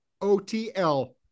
otl